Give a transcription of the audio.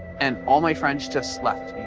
and all my friends just left